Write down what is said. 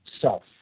self